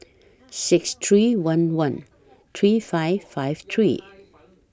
six three one one three five five three